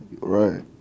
Right